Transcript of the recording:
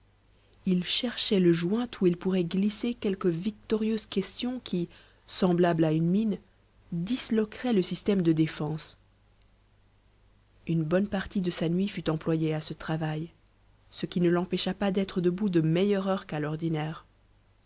il cherchait le joint où il pourrait glisser quelque victorieuse question qui semblable à une mine disloquerait le système de défense une bonne partie de sa nuit fut employée à ce travail ce qui ne l'empêcha pas d'être debout de meilleure heure qu'à l'ordinaire